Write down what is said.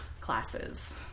classes